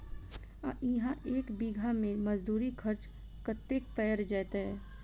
आ इहा एक बीघा मे मजदूरी खर्च कतेक पएर जेतय?